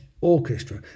orchestra